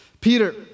Peter